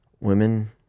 women